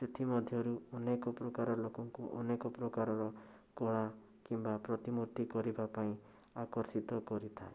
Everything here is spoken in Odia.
ସେଥିମଧ୍ୟରୁ ଅନେକ ପ୍ରକାର ଲୋକଙ୍କୁ ଅନେକ ପ୍ରକାରର କଳା କିମ୍ବା ପ୍ରତିମୂର୍ତ୍ତି କରିବା ପାଇଁ ଆକର୍ଷିତ କରିଥାଏ